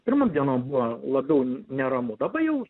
pirmom dienom buvo labiau neramu dabar jau